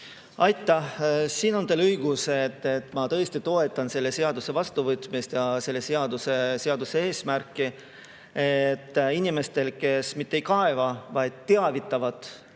Aitäh! Teil on õigus, ma tõesti toetan selle seaduse vastuvõtmist ja selle seaduse eesmärki, et inimestel, kes mitte ei kaeba, vaid kes teavitavad